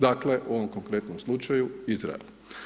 Dakle u ovom konkretnom slučaju Izrael.